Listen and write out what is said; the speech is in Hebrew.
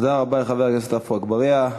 תודה רבה לחבר הכנסת עפו אגבאריה.